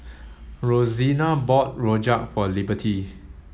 Rosina bought Rojak for Liberty